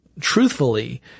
truthfully